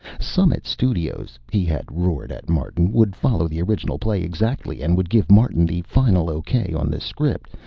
summit studios, he had roared at martin, would follow the original play exactly and would give martin the final okay on the script,